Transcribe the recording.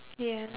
ya